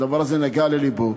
הדבר הזה נגע ללבו,